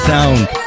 sound